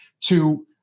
to-